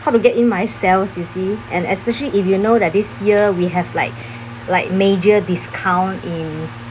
how to get in my sales you see and especially if you know that this year we have like like major discount in